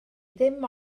ddim